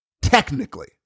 Technically